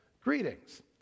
greetings